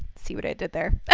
see what i did there.